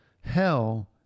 Hell